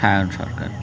Sayan Sarkar